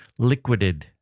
liquided